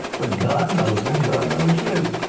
but god knows her and god knows you.